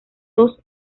dos